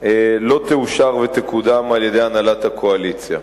לא תאושר ותקודם על-ידי הנהלת הקואליציה.